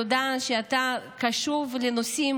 תודה שאתה קשוב לנושאים